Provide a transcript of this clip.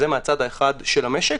זה מהצד האחד של המשק.